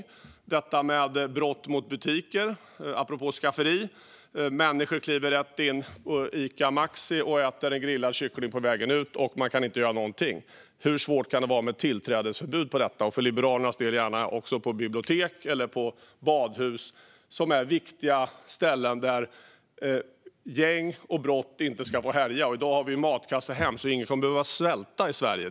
Apropå skafferi har vi brott mot butiker. Människor kliver rätt in på Ica Maxi och äter en grillad kyckling på vägen ut, och man kan inte göra någonting. Hur svårt kan det vara med ett tillträdesförbud här? För Liberalernas del får detta gärna gälla också på bibliotek och badhus, som är viktiga ställen där gäng och brott inte ska få härja. I dag har vi ju matkasse hem, så ingen kommer att behöva svälta i Sverige.